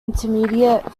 intermediate